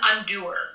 undoer